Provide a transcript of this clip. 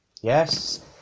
Yes